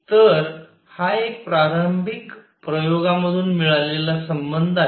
तर हा एक प्रारंभीक प्रयोगामधून मिळालेला संबंध आहे